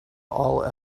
all